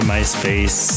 MySpace